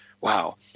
Wow